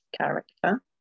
character